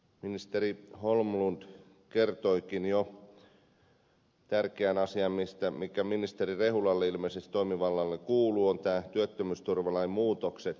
ministeri holmlund kertoikin jo tärkeän asian mikä ilmeisesti kuuluu ministeri rehulan toimivaltaan eli työttömyysturvalain muutokset